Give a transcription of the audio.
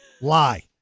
lie